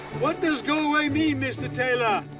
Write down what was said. what does go away mean, mr. taylor?